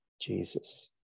Jesus